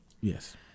Yes